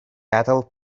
cattle